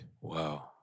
Wow